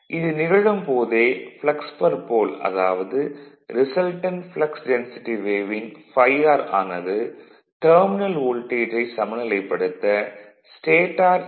இது நிகழும் போதே ப்ளக்ஸ்போல் Fluxpole அதாவது ரிசல்டன்ட் ப்ளக்ஸ் டென்சிட்டி வேவின் ∅r ஆனது டெர்மினல் வோல்டேஜை சமநிலைப்படுத்த ஸ்டேடார் ஈ